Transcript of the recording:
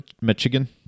Michigan